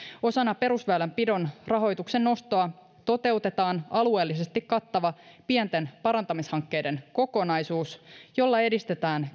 osana perusväylänpidon rahoituksen nostoa toteutetaan alueellisesti kattava pienten parantamishankkeiden kokonaisuus jolla edistetään